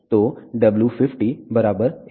तो w50 15